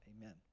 Amen